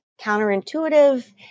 counterintuitive